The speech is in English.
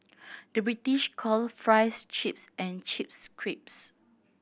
the British call fries chips and chips crisps